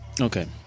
Okay